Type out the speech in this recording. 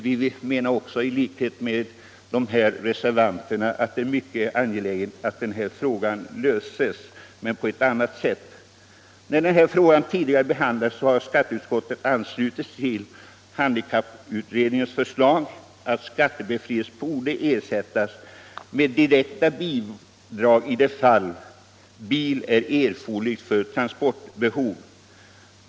Vi menar, i likhet med reservanterna, att det är mycket angeläget att den här frågan löses, men på ett annat sätt. När den här frågan tidigare behandlats så har skatteutskottet anslutit sig till handikapputredningens förslag att skattebefrielse borde ersättas med direkta bidrag i de fall bil är erforderlig för transportbehov.